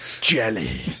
Jelly